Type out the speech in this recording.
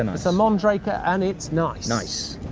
and it's a mondraker and it's nice. nice.